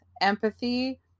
empathy